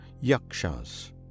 Yakshas